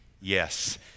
Yes